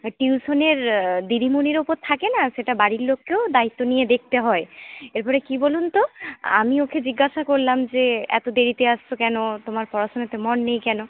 টিউশনির দিদিমনির ওপর থাকে না সেটা বাড়ির লোককেও দায়িত্ব নিয়ে দেখতে হয় এরপরে কি বলুন তো আমি ওকে জিজ্ঞাসা করলাম যে এতো দেরিতে আসছো কেন তোমার পড়াশোনাতে মন নেই কেন